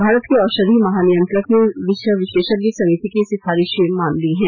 भारत के औषधि महानियंत्रक ने विषय विशेषज्ञ समिति की सिफारिशें मान ली हैं